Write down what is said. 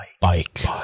Bike